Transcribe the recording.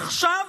עכשיו,